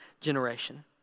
generation